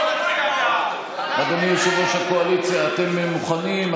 אדוני יושב-ראש הקואליציה, אתם מוכנים?